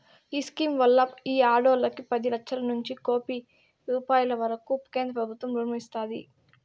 ఈ స్కీమ్ వల్ల ఈ ఆడోల్లకి పది లచ్చలనుంచి కోపి రూపాయిల వరకూ కేంద్రబుత్వం రుణం ఇస్తాది